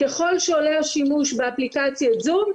ככל שעולה השימוש באפליקציית זום,